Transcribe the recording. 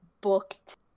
booked